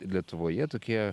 lietuvoje tokie